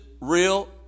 real